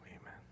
amen